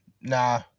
nah